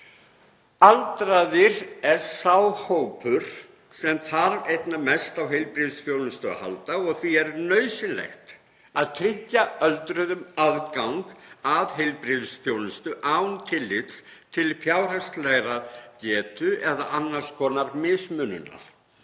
Aldraðir er sá hópur sem þarf einna mest á heilbrigðisþjónustu að halda og því er nauðsynlegt að tryggja öldruðum aðgang að heilbrigðisþjónustu án tillits til fjárhagslegrar getu eða annars konar mismununar.